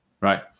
right